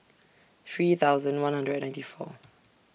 three thousand one hundred ninety four